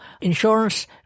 insurance